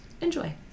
enjoy